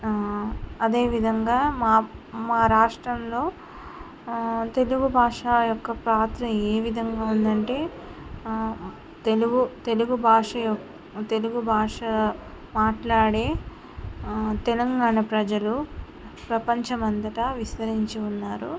అదేవిధంగా మా మా రాష్ట్రంలో తెలుగు భాష యొక్క పాత్ర ఏ విధంగా ఉందంటే తెలుగు తెలుగు భాష యొక్క తెలుగు భాష మాట్లాడే తెలంగాణ ప్రజలు ప్రపంచమంతటా విస్తరించి ఉన్నారు